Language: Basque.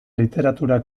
literatura